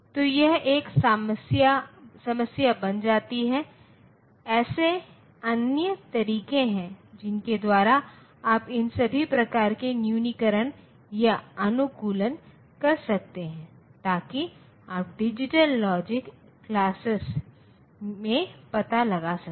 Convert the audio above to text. तो यह एक समस्या बन जाती है ऐसे अन्य तरीके हैं जिनके द्वारा आप इन सभी प्रकार के न्यूनीकरण या अनुकूलन कर सकते हैं ताकि आप डिजिटल लॉजिक क्लसेस में पता लगा सकें